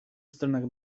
stronach